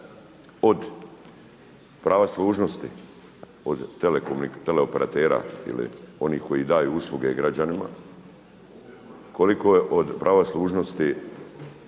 od prava služnosti od tele operatera ili onih koji daju usluge građanima, koliko je od prava služnosti